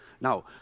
Now